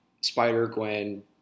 Spider-Gwen